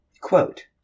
Quote